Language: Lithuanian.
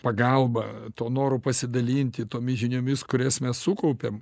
pagalba to noro pasidalinti tomis žiniomis kurias mes sukaupėm